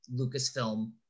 Lucasfilm